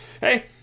hey